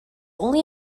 only